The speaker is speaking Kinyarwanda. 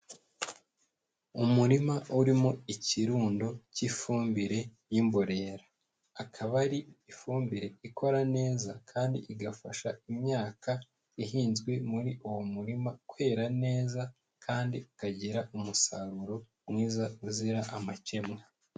Umurima urimo ikirundo cy'ifumbire y'imborera, akaba ari ifumbire ikora neza kandi igafasha imyaka ihinzwe muri uwo murima kwera neza kandi ikagira umusaruro mwiza uzira amakemwa.